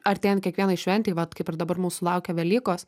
artėjant kiekvienai šventei vat kaip ir dabar mūsų laukia velykos